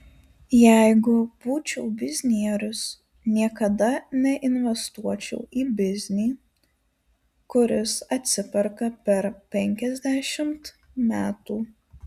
jeigu būčiau biznierius niekada neinvestuočiau į biznį kuris atsiperka per penkiasdešimt metų